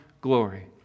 glory